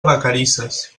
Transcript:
vacarisses